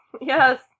Yes